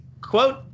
quote